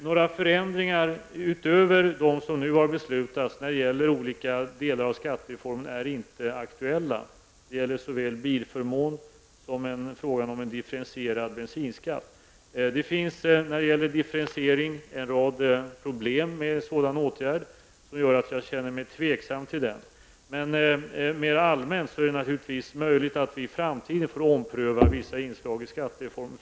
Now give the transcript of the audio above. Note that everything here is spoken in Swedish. Några förändringar utöver dem som nu har beslutats i samband med olika delar av skattereformen är inte aktuella. Det gäller såväl bilförmånen som frågan om en differentierad bensinskatt. En rad problem är förenade med en sådan differentiering, och det gör att jag känner mig tveksam till den. Men mera allmänt sett är det naturligtvis möjligt att vi i framtiden får ompröva vissa inslag i skattereformen.